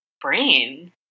brain